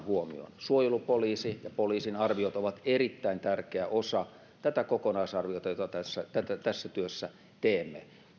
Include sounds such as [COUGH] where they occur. [UNINTELLIGIBLE] huomioon suojelupoliisi ja poliisin arviot ovat erittäin tärkeä osa tätä kokonaisarviota jota tässä työssä teemme